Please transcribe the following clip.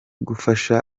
gufasha